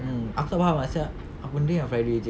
mm aku tak faham ah sia apa benda yang friday jer